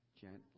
Gently